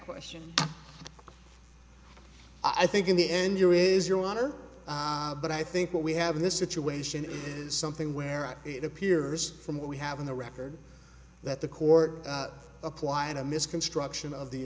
question i think in the end your is your honor but i think what we have this situation is something where it appears from what we have in the record that the court applied a misconstruction of the